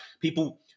people